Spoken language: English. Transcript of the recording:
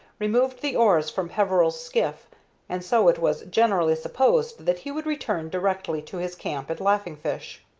removed the oars from peveril's skiff and so it was generally supposed that he would return directly to his camp at laughing fish.